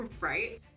Right